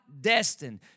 destined